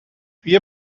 wir